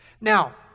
now